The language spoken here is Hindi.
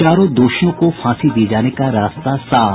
चारों दोषियों को फांसी दिये जाने का रास्ता साफ